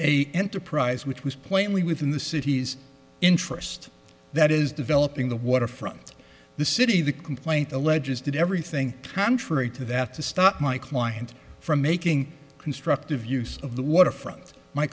a enterprise which was plainly within the city's interest that is developing the waterfront the city the complaint alleges did everything contrary to that to stop my client from making constructive use of the waterfront my